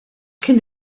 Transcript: kien